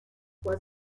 was